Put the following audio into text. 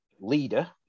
leader